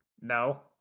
No